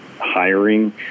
hiring